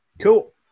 Cool